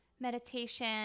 Meditation